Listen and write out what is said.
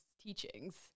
teachings